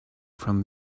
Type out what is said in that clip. from